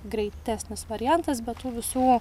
greitesnis variantas be tų visų